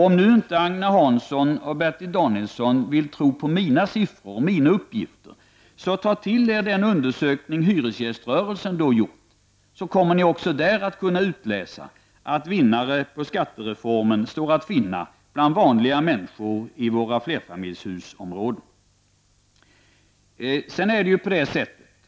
Om inte Agne Hansson och Bertil Danielsson vill tro på mina siffror och uppgifter, tag till er den undersökning hyresgäströrelsen har gjort! Där kommer ni att kunna utläsa att vinnare på skattereformen står att finna bland vanliga människor i områden med flerfamiljshus.